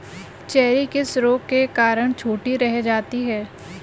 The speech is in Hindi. चेरी किस रोग के कारण छोटी रह जाती है?